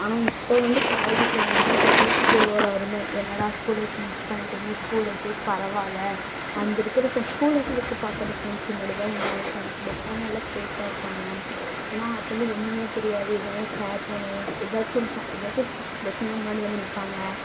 ஆனால் இப்போ வந்து காலேஜு சேர்ந்தோம்னே தெரியுது ஸ்கூல்லோட அருமை என்னடா ஸ்கூல் லைஃப் மிஸ் பண்ணிட்டோமே ஸ்கூல் லைஃபே பரவாயில்ல அந்த இருக்கிற ஃப்ரெண்ட்ஸ் ஸ்கூல் லைஃப்ல இருக்குது பார்க்குற ஃப்ரெண்ட்ஷிப் மட்டுந்தான் உண்மையான ஃப்ரெண்ட்ஸ் இந்த பொண்ணெல்லாம் ஃபேக்காக இருக்காங்க ஏன்னா அப்போ வந்து ஒன்றுமே தெரியாது எதுன்னாலும் ஷேர் பண்ணுவோம் ஏதாச்சும் ஒன்று ச ஏதாச்சும் ஒரு ச பிரச்சனனால் முன்னாடி வந்து நிற்பாங்க